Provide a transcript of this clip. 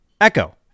echo